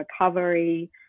recovery